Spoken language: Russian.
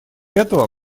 этого